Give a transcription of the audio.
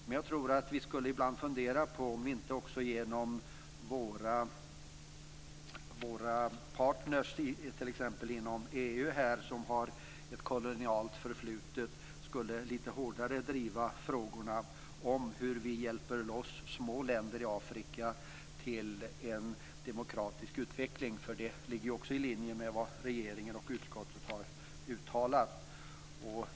Men jag tror att vi ibland skulle fundera på om vi inte också genom våra partner t.ex. inom EU som har ett kolonialt förflutet litet hårdare skulle driva frågorna om hur vi hjälper små länder i Afrika till en demokratisk utveckling. Det ligger också i linje med vad regeringen och utskottet har uttalat.